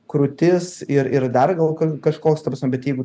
krūtis ir ir dar gal k kažkoks ta prasme bet jeigu